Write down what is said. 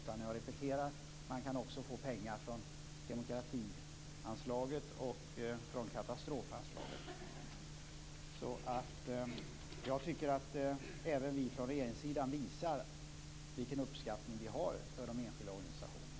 Jag repeterar att man också kan få pengar från demokratianslaget och från katastrofanslaget. Jag tycker alltså att även vi från regeringsidan visar en uppskattning av de enskilda organisationerna.